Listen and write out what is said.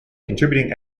contributing